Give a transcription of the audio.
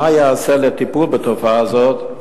מה ייעשה לטיפול בתופעה זו,